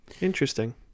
Interesting